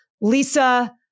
Lisa